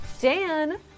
dan